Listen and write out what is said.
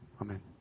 Amen